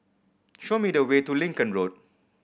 show me the way to Lincoln Road